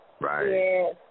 Right